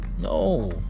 No